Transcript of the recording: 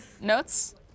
notes